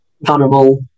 vulnerable